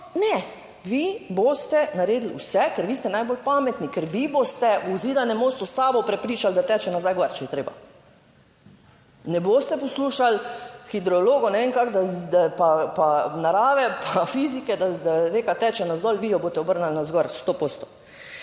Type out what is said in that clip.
ne, vi boste naredili vse, ker vi ste najbolj pametni, ker vi boste v Zidanem Mostu Savo prepričali, da teče nazaj gor, če je treba. Ne boste poslušali hidrologov, ne vem, pa narave, pa fizike, da reka teče navzdol, vi jo boste obrnili navzgor sto